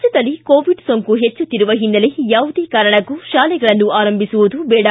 ರಾಜ್ಯದಲ್ಲಿ ಕೋವಿಡ್ ಸೋಂಕು ಹೆಚ್ಚುತ್ತಿರುವ ಹಿನ್ನೆಲೆ ಯಾವುದೇ ಕಾರಣಕ್ಕೂ ಶಾಲೆಗಳನ್ನು ಆರಂಭಿಸುವುದು ಬೇಡ